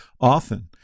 often